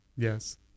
Yes